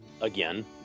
again